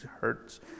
hurts